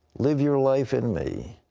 live your life in me.